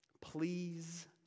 please